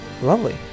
Lovely